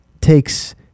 takes